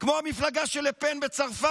כמו המפלגה של לה פן בצרפת,